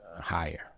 higher